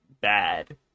bad